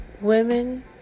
women